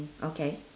okay